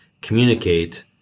communicate